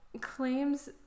claims